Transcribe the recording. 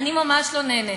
אני ממש לא נהנית.